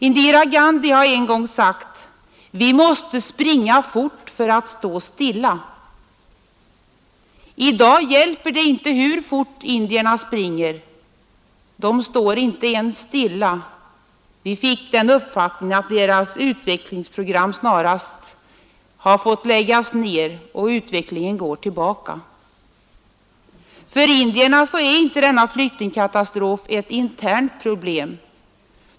Indira Gandhi har en gång sagt: ”Vi måste springa fort för att stå stilla.” I dag hjälper det inte hur fort indierna springer; de står inte ens stilla. Vi fick den uppfattningen att deras utvecklingsprogram snarast har fått läggas ned och att utvecklingen går tillbaka. För indierna är inte denna flyktingkatastrof ett internt problem.